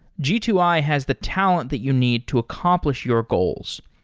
g two i has the talent that you need to accomplish your goals.